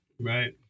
right